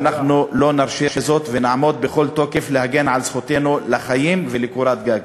ואנחנו לא נרשה זאת ונעמוד בכל תוקף להגן על זכותנו לחיים ולקורת-גג.